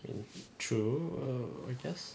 it's true err I guess